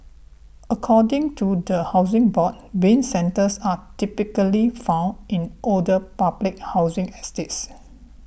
according to the Housing Board Bin centres are typically found in older public housing estates